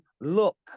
look